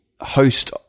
host